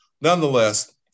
nonetheless